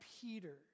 Peter